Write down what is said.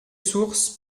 sources